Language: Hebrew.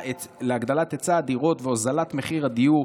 להגדלת היצע הדירות והוזלת הדיור,